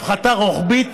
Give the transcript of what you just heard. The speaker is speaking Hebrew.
הפחתה רוחבית